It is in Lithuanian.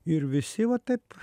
ir visi va taip